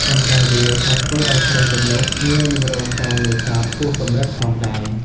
ប៉ុន្តែវាក៏ធ្វើឱ្យត្រីទាំងនោះងាយនឹងរងការនេសាទហួសកម្រិតផងដែរ។